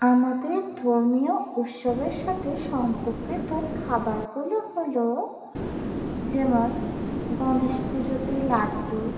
আমাদের ধর্মীয় উৎসবের সাথে সম্পর্কিত খাবারগুলো হল যেমন গণেশ পুজোতে লাড্ডু